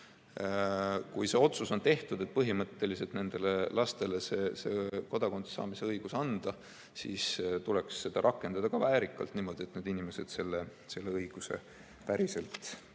Kui on tehtud otsus, et põhimõtteliselt nendele lastele on kodakondsuse saamise õigus antud, siis tuleks seda rakendada ka väärikalt, niimoodi, et need inimesed selle õiguse päriselt